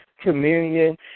communion